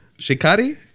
Shikari